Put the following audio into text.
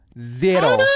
Zero